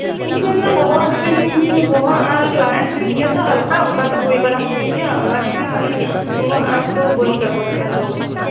ᱤᱧ ᱢᱮᱱ ᱮᱫᱟ ᱵᱚᱦᱚᱜ ᱦᱟᱥᱩᱭᱤᱫᱤᱧᱟ ᱵᱚᱦᱚᱜ ᱟᱨ ᱞᱟᱡ ᱦᱟᱥᱩᱭᱤᱫᱤᱧᱟ ᱛᱚ ᱦᱟᱞᱠᱟ ᱚᱱᱠᱟ ᱫᱚ ᱦᱩᱭ ᱵᱟᱲᱟᱜ ᱛᱤᱧ ᱜᱮᱭᱟ ᱚᱱᱟ ᱛᱮᱜᱮ ᱢᱟᱱᱮ ᱩᱱᱟᱹᱜ ᱟᱸᱴ ᱫᱚ ᱵᱟᱹᱧ ᱵᱮᱵᱚᱥᱛᱟ ᱡᱚᱝ ᱠᱟᱱᱟ